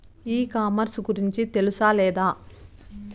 E commerce గురించి తెలుసా లేదా?